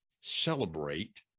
celebrate